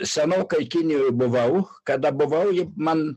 senokai kinijoj buvau kada buvau man